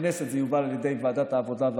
כפי שהציגו משרד הכלכלה,